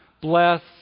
bless